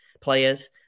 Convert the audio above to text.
players